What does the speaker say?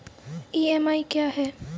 EMI क्या है?